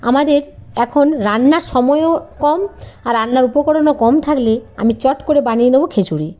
আমাদের এখন রান্নার সময়ও কম আর রান্নার উপকরণও কম থাকলে আমি চট করে বানিয়ে নেব খিচুড়ি